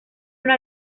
una